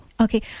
Okay